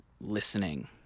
listening